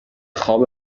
خواب